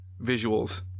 visuals